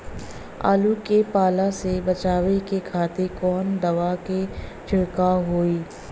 आलू के पाला से बचावे के खातिर कवन दवा के छिड़काव होई?